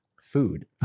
food